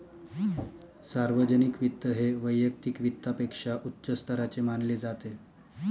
सार्वजनिक वित्त हे वैयक्तिक वित्तापेक्षा उच्च स्तराचे मानले जाते